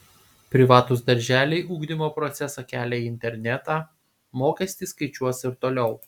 privatūs darželiai ugdymo procesą kelia į internetą mokestį skaičiuos ir toliau